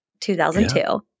2002